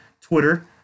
Twitter